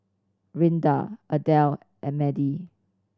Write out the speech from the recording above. Rinda Ardelle and Madie